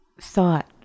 thought